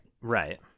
Right